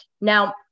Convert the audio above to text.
Now